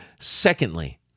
Secondly